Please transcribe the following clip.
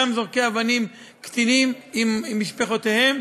גם זורקי אבנים קטינים עם משפחותיהם,